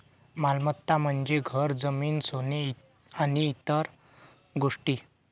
मालमत्ता म्हणजे घर, जमीन, सोने आणि इतर गोष्टी